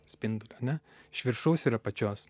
spinduliu ane iš viršaus ir apačios